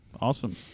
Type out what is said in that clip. Awesome